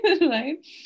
right